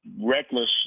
reckless